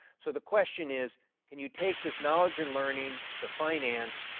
so the question is can you take this knowledge and learning, the finance,